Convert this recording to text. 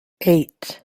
eight